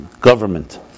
Government